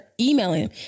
emailing